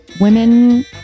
Women